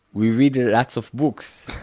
we read lots of books.